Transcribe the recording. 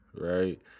right